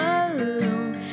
alone